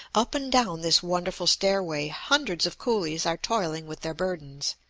up and down this wonderful stairway hundreds of coolies are toiling with their burdens,